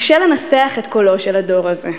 קשה לנסח את קולו של הדור הזה.